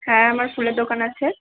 হ্যাঁ আমার ফুলের দোকান আছে